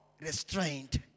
restraint